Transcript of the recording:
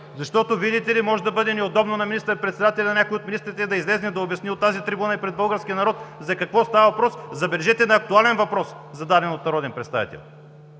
защото, видите ли, може да бъде неудобно на министър-председателя, на някой от министрите да излезе и да обясни от тази трибуна и пред българския народ за какво става въпрос, забележете, на актуален въпрос, зададен от народен представител.